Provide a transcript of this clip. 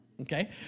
okay